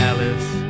Alice